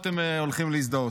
אתם הולכים להזדהות.